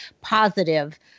positive